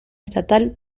estatal